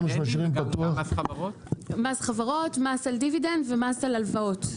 מס חברות, מס על דיבידנד ומס על ריבית והלוואות.